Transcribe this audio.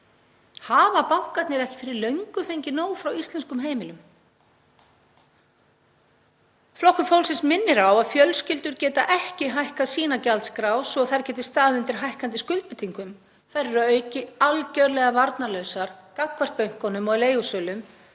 Hafa bankarnir ekki fyrir löngu fengið nóg frá íslenskum heimilum? Flokkur fólksins minnir á að fjölskyldur geta ekki hækkað sína gjaldskrá svo að þær geti staðið undir hækkandi skuldbindingum. Þær eru að auki algerlega varnarlausar gagnvart bönkunum og leigusölum